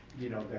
you know,